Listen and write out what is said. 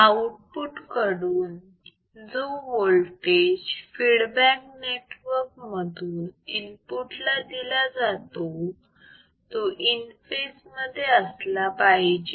output कडून जो voltage feedback network मधून इनपुट ला दिला जातो तो इन फेज मध्ये असला पाहिजे